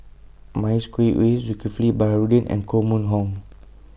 Mavis Khoo Oei Zulkifli Baharudin and Koh Mun Hong